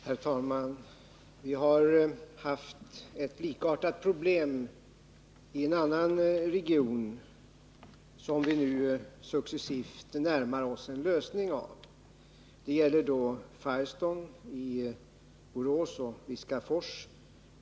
Herr talman! Vi har inom en annan region haft ett likartat problem, som vi nu successivt närmar oss en lösning av, nämligen beträffande Firestone Viskafors i Borås.